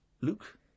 Luke